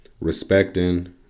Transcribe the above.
respecting